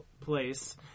place